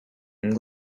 and